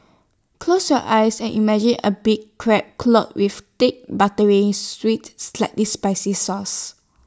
close your eyes and imagine A big Crab clotted with thick buttery sweet slightly spicy sauce